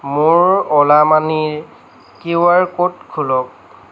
মোৰ অ'লা মানিৰ কিউ আৰ ক'ড খোলক